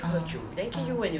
ah ah